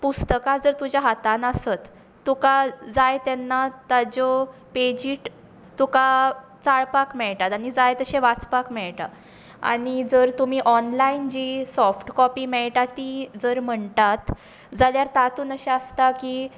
पुस्तकां जर तुज्या हातांत आसत तुका जाय तेन्ना तेज्यो पेजी तुका चाळपाक मेळटात आनी जाय तशें वाचपाक मेळटा आनी जर तुमी ऑनलायन जी साॅफ्ट काॅपी मेळटा ती जर म्हणटात जाल्यार तातूंत अशें आसता की